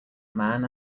man